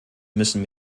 müssen